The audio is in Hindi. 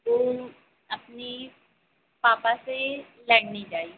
वह अपने पापा से लड़ने जाएगी